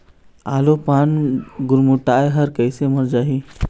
आलू पान गुरमुटाए हर कइसे मर जाही?